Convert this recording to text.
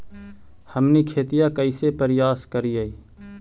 हमनी खेतीया कइसे परियास करियय?